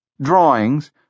drawings